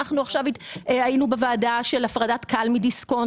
היינו עכשיו בוועדה של הפרדת כאל מדיסקונט,